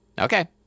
okay